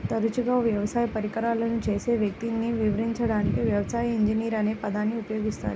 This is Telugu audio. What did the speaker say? తరచుగా వ్యవసాయ పరికరాలను చేసే వ్యక్తిని వివరించడానికి వ్యవసాయ ఇంజనీర్ అనే పదాన్ని ఉపయోగిస్తారు